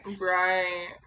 right